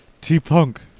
T-Punk